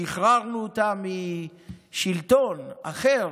שחררנו אותה משלטון אחר,